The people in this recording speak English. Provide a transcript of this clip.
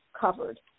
covered